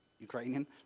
ukrainian